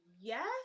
Yes